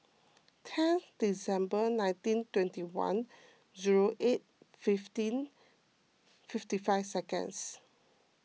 ten December nineteen twenty one zero eight fifteen fifty five seconds